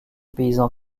paysans